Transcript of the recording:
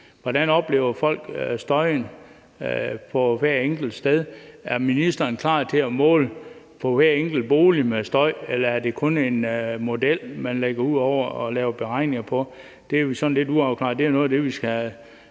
hvordan folk oplever støjen på hvert enkelt sted, om ministeren er klar til at måle støjen på hver enkelt bolig, eller om det kun er en model, man lægger ud over det, og som man laver beregninger på. Det er jo sådan lidt uafklaret, og det er noget af det, vi skal